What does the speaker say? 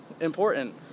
important